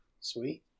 Sweet